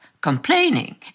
complaining